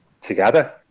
together